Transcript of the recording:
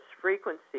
frequency